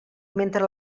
mentre